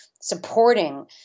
supporting